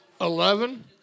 Eleven